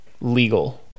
legal